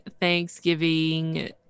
thanksgiving